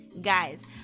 Guys